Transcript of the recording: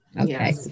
Okay